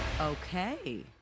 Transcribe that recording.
Okay